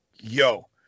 yo